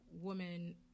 woman